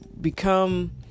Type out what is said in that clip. become